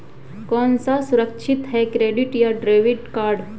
कौन सा सुरक्षित है क्रेडिट या डेबिट कार्ड?